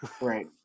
Right